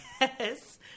Yes